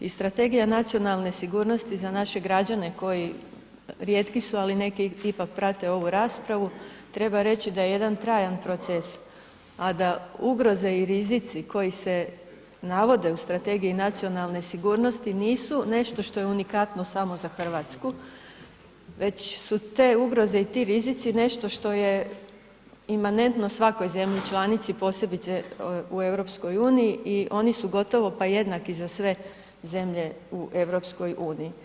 I Strategija nacionalne sigurnosti za naše građane koji rijetku su, ali neki ipak prate ovu raspravu treba reći da je jedan trajan proces, a da ugroze i rizici koji se navode u Strategiji nacionalne sigurnosti nisu nešto što je unikatno samo za Hrvatsku, već su te ugroze i ti rizici nešto što je imanentno svakoj zemlji članici posebice u EU i oni su gotovo pa jednaki za sve zemlje u EU.